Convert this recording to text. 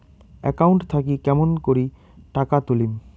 Account থাকি কেমন করি টাকা তুলিম?